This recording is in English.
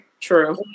true